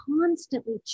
constantly